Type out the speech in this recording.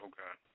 Okay